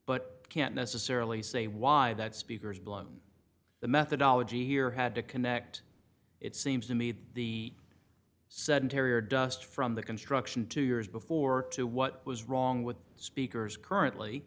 but can't necessarily say why that speaker is blown the methodology here had to connect it seems to me the sedentary or dust from the construction two years before to what was wrong with speakers currently